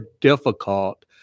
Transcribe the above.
difficult